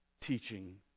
teaching